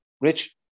Rich